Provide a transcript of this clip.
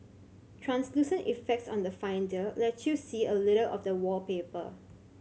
translucent effects on the Finder let you see a little of the wallpaper